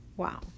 Wow